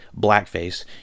blackface